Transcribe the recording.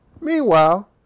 Meanwhile